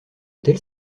tels